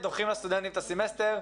דוחים לסטודנטים את הסמסטר.